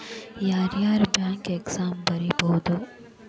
ಯಾರ್ಯಾರ್ bank exam ಬರಿಬೋದು